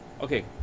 Okay